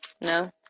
No